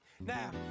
Now